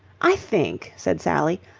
i think, said sally,